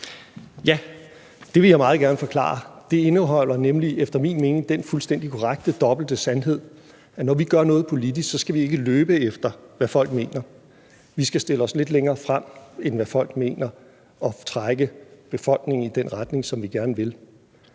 Ja, det vil jeg meget gerne forklare. Det indeholder nemlig efter min mening den fuldstændig korrekte dobbelte sandhed, at når vi gør noget politisk, skal vi ikke løbe efter, hvad folk mener. Vi skal stille os lidt længere frem, end hvad folk mener, og trække befolkningen i den retning, som vi gerne vil.